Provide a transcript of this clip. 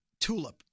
Tulip